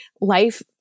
life